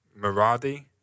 Miradi